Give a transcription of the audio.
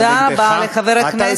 תודה רבה לחבר הכנסת חיים ילין.